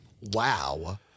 Wow